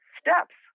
steps